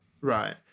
Right